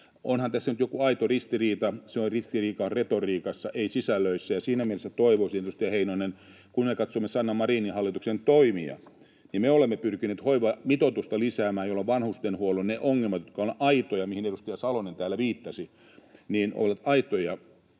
Onhan tässä nyt joku aito ristiriita. Se on ristiriita retoriikassa, ei sisällöissä — ja siinä mielessä toivoisin, edustaja Heinonen: kun me katsomme Sanna Marinin hallituksen toimia, niin me olemme pyrkineet hoivamitoitusta lisäämään, jolloin vanhustenhuollon ne ongelmat, jotka ovat aitoja, mihin edustaja Salonen täällä viittasi, ovat aitoja